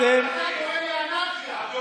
אתה גורם לאנרכיה.